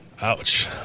Ouch